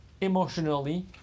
emotionally